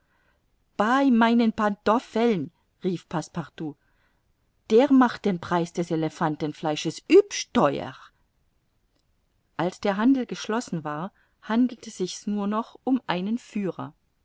bei meinen pantoffeln rief passepartout der macht den preis des elephantenfleisches hübsch theuer als der handel geschlossen war handelte sich's nur noch um einen führer